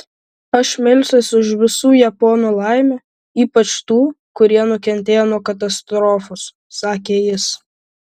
aš melsiuosi už visų japonų laimę ypač tų kurie nukentėjo nuo katastrofos sakė jis